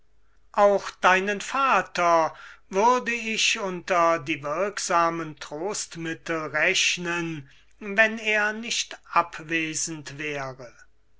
auch deinen vater würde ich unter die wirksamen trostmittel rechnen wenn er nicht abwesend wäre